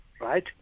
right